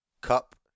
Cup